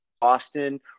Boston